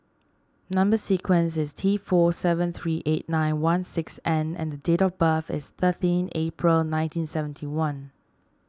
Number Sequence is T four seven three eight nine one six N and date of birth is thirteen April nineteen seventy one